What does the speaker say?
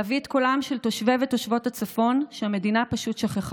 להביא את קולם של תושבי ותושבות הצפון שהמדינה פשוט שכחה,